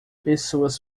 pessoas